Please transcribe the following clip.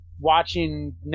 Watching